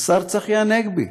השר צחי הנגבי.